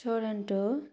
Toronto